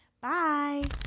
Bye